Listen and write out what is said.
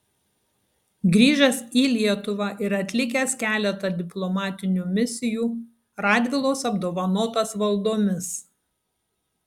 grįžęs į lietuvą ir atlikęs keletą diplomatinių misijų radvilos apdovanotas valdomis